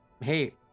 hey